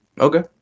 Okay